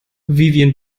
vivien